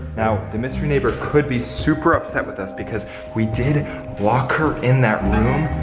now, the mystery neighbor could be super upset with us because we did lock her in that room, oh,